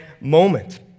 moment